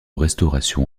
restauration